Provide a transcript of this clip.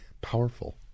powerful